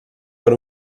per